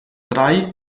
drei